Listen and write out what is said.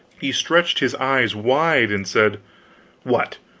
he stretched his eyes wide, and said what,